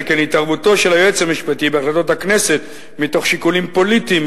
שכן התערבותו של היועץ המשפטי בהחלטות הכנסת מתוך שיקולים פוליטיים,